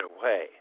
away